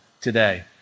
today